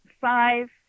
five